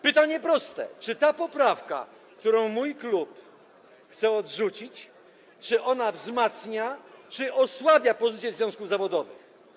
Pytanie jest proste: Czy ta poprawka, którą mój klub chce odrzucić, wzmacnia, czy osłabia pozycję związków zawodowych?